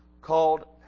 called